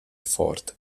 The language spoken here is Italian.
ford